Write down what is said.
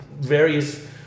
various